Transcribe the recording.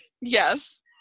Yes